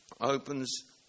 opens